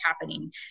happening